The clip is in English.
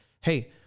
hey